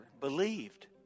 believed